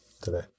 today